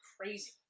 crazy